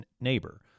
neighbor